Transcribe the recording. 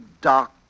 dark